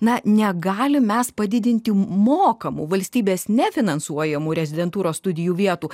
na negalim mes padidinti mokamų valstybės nefinansuojamų rezidentūros studijų vietų